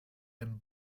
and